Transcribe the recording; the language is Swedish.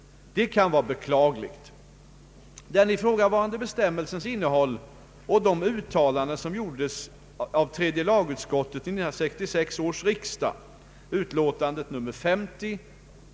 Detta kan vara beklagligt. Den ifrågavarande bestämmelsens innehåll och de uttalanden som gjorts av tredje lagutskottet vid 1966 års riksdag (utl.